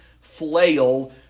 flail